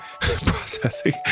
processing